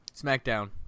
SmackDown